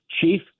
chief